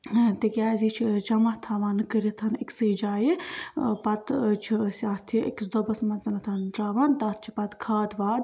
ٲں تِکیٛازِ یہِ چھِ أسۍ جمع تھاوان کٔرِتھ أکسٕے جایہِ ٲں پَتہٕ ٲں چھِ أسۍ اَتھ یہِ أکِس دۄبَس منٛز ترٛاوان تَتھ چھِ پَتہٕ کھاد واد